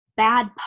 Bad